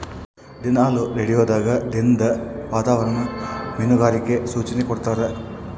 ದಿನಾಲು ರೇಡಿಯೋದಾಗ ದಿನದ ವಾತಾವರಣ ಮೀನುಗಾರರಿಗೆ ಸೂಚನೆ ಕೊಡ್ತಾರ